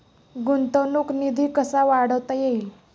गुंतवणूक निधी कसा वाढवता येईल?